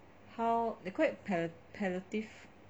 how they quite pallia~ palliative